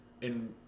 in-